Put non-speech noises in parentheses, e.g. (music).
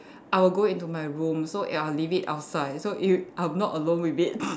I will go into my room so I'll leave it outside so if I'm not alone with it (noise)